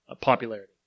popularity